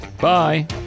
bye